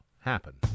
happen